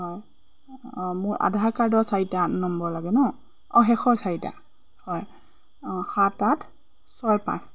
হয় অঁ মোৰ আধাৰ কাৰ্ডৰ চাৰিটা নম্বৰ লাগে ন অঁ শেষৰ চাৰিটা হয় অঁ সাত আঠ ছয় পাঁচ